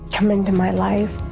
come into my life.